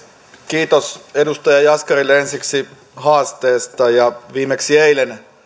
kiitos edustaja jaskarille ensiksi haasteesta viimeksi eilen